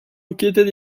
located